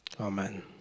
Amen